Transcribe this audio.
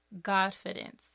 Godfidence